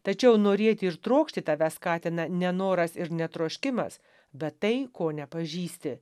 tačiau norėti ir trokšti tave skatina nenoras ir ne troškimas bet tai ko nepažįsti